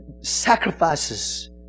sacrifices